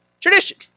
tradition